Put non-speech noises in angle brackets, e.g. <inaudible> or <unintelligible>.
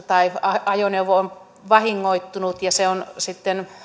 <unintelligible> tai jos ajoneuvo on vahingoittunut ja se sitten